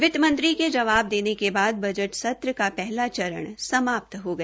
वित्त मंत्री के जवाब देने के बाद बजट सत्र का पहला चरण समाप्त् हो गया